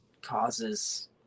causes